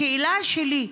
השאלה שלי,